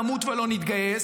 נמות ולא נתגייס,